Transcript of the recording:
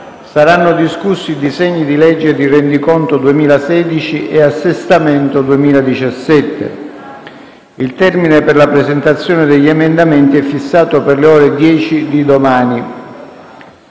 saranno discussi i disegni di legge di rendiconto 2016 e assestamento 2017. Il termine per la presentazione degli emendamenti è fissato per le ore 10 di domani.